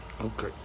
Okay